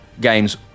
games